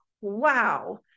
Wow